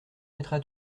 mettras